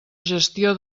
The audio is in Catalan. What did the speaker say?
gestió